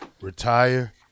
retire